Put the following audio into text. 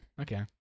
okay